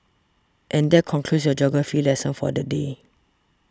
and that concludes your geography lesson for the day